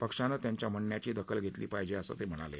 पक्षानं त्यांच्या म्हण्ण्याची दखल घेतली पाहीजे असं ते म्हणाले